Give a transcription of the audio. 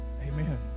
Amen